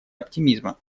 оптимизма